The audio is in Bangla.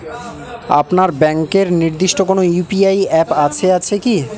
আপনার ব্যাংকের নির্দিষ্ট কোনো ইউ.পি.আই অ্যাপ আছে আছে কি?